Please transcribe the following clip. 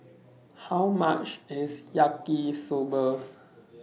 How much IS Yaki Soba